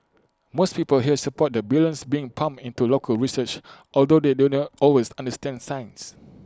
most people here support the billions being pumped into local research although they do not always understand science